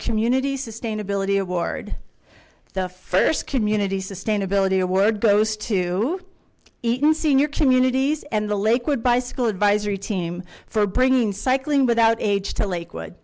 community sustainability award the first community sustainability a word goes to eton senior communities and the lakewood bicycle advisory team for bringing cycling without age to lakewood